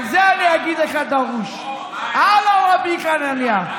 על זה אני אגיד לך דרוש, על רבי חנניה.